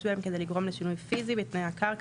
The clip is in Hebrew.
בהן כדי לגרום לשינוי פיזי בתנאי הקרקע,